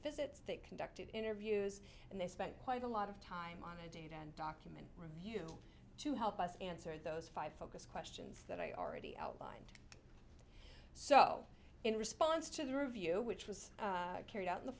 visits they conducted interviews and they spent quite a lot of time on a date and document review to help us answer those five focus questions that i already outlined so in response to the review which was carried out in the